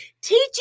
teaching